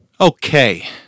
Okay